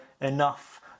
enough